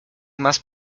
más